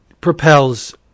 propels